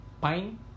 Pine